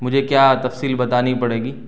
مجھے کیا تفصیل بتانی پڑے گی